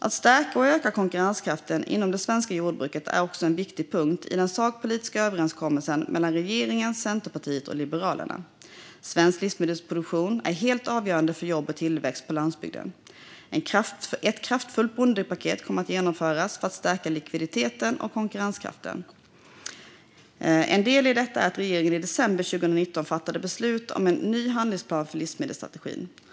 Att stärka och öka konkurrenskraften inom det svenska jordbruket är också en viktig punkt i den sakpolitiska överenskommelsen mellan regeringen, Centerpartiet och Liberalerna. Svensk livsmedelsproduktion är helt avgörande för jobb och tillväxt på landsbygden. Ett kraftfullt bondepaket kommer att genomföras för att stärka likviditeten och konkurrenskraften. En del i detta är att regeringen i december 2019 fattade beslut om en ny handlingsplan för livsmedelsstrategin.